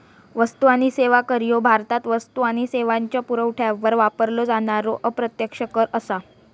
वस्तू आणि सेवा कर ह्या भारतात वस्तू आणि सेवांच्यो पुरवठ्यावर वापरलो जाणारो अप्रत्यक्ष कर असा